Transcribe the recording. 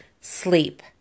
sleep